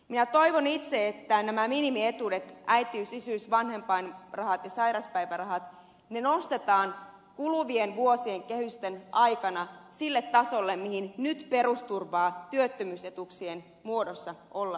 minä toivon itse että nämä minimietuudet äitiys isyys vanhempainrahat ja sairauspäivärahat nostetaan kuluvien vuosien kehysten aikana sille tasolle mille nyt perusturvaa työttömyysetuuksien muodossa on nostettu